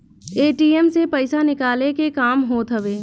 ATM से पईसा निकाले के काम होत हवे